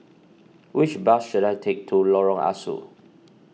which bus should I take to Lorong Ah Soo